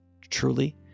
Truly